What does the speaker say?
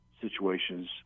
situations